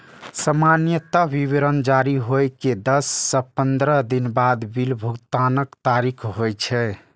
सामान्यतः विवरण जारी होइ के दस सं पंद्रह दिन बाद बिल भुगतानक तारीख होइ छै